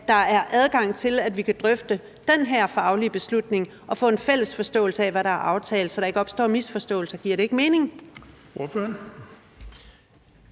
der er adgang til, at vi kan drøfte den her faglige beslutning og få en fælles forståelse af, hvad der er aftalt, så der ikke opstår misforståelser. Giver det ikke mening?